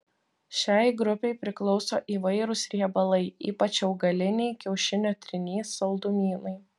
šiai grupei priklauso įvairūs riebalai ypač augaliniai kiaušinio trynys saldumynai